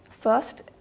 First